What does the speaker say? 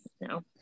no